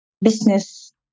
business